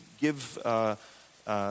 give